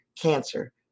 cancer